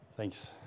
Thanks